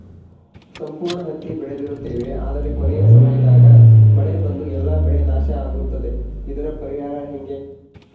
ಸಂಪೂರ್ಣ ಹತ್ತಿ ಬೆಳೆದಿರುತ್ತೇವೆ ಆದರೆ ಕೊನೆಯ ಸಮಯದಾಗ ಮಳೆ ಬಂದು ಎಲ್ಲಾ ಬೆಳೆ ನಾಶ ಆಗುತ್ತದೆ ಇದರ ಪರಿಹಾರ ಹೆಂಗೆ?